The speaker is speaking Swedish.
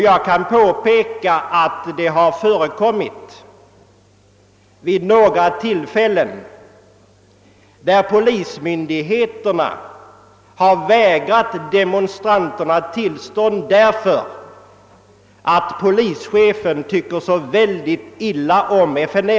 Jag kan påpeka att det vid några tillfällen förekommit att polismyndigheterna vägrat demonstranterna tillstånd därför att polischefen »tycker så illa om FNL».